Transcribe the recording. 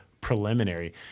preliminary